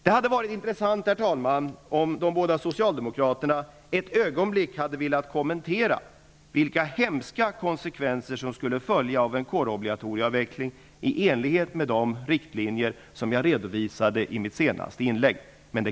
Det hade varit intressant, herr talman, om de båda socialdemokraterna ett ögonblick hade velat kommentera vilka hemska konsekvenser som skulle följa av en kårobligatorieavveckling i enlighet med de riktlinjer som jag redovisade i mitt senaste inlägg.